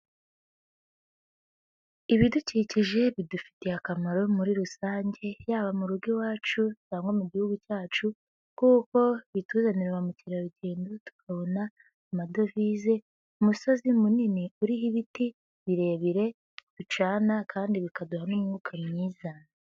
Ibidukikije bidufitiye akamaro muri rusange, yaba mu rugo iwacu cyangwa nko mu gihugu cyacu kuko bituzanira ba mukerarugendo tukabona amadovize, umusozi munini uriho ibiti birebire ducana kandi bikaduha n'umwuka mwiza.